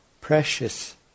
precious